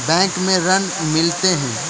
Bank में ऋण मिलते?